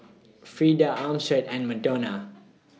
Freeda Armstead and Madonna